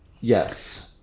Yes